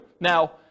Now